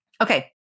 Okay